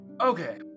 Okay